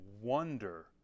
wonder